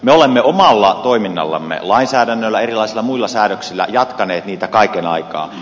me olemme omalla toiminnallamme lainsäädännöllä erilaisilla muilla säädöksillä jatkaneet niitä kaiken aikaa